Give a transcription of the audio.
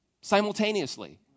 simultaneously